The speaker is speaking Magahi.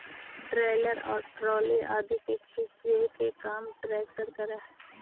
ट्रैलर और ट्राली आदि के खींचे के काम ट्रेक्टर करऽ हई